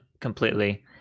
completely